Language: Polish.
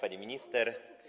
Pani Minister!